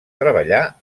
treballar